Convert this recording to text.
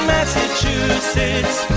Massachusetts